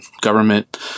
government